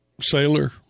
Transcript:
sailor